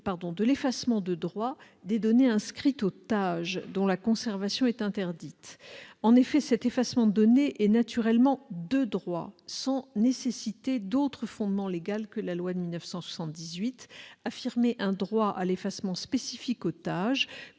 de l'effacement de droit des données inscrites au traitement d'antécédents judiciaires, dont la conservation est interdite. En effet, l'effacement des données est naturellement de droit, sans nécessiter d'autre fondement légal que la loi de 1978. Affirmer un droit à l'effacement spécifique au TAJ